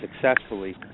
successfully